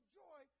joy